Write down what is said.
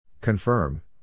Confirm